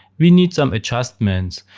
we need some adjustments.